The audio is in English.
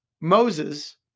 Moses